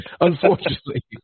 Unfortunately